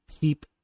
keep